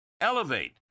Elevate